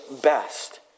best